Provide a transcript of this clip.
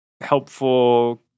helpful